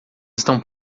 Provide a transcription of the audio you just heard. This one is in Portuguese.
estão